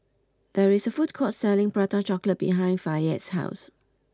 there is a food court selling Prata Chocolate behind Fayette's house